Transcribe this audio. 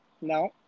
No